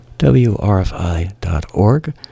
WRFI.org